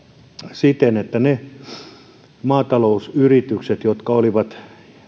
siten että ne maatalousyritykset jotka olivat